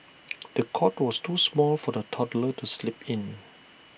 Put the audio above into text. the cot was too small for the toddler to sleep in